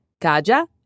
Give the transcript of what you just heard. Kaja